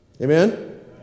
Amen